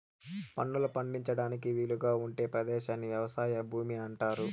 పంటలు పండించడానికి వీలుగా ఉండే పదేశాన్ని వ్యవసాయ భూమి అంటారు